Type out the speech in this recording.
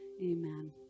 amen